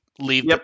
leave